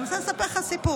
אני רוצה לספר לך סיפור.